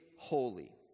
Holy